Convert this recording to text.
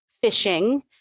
fishing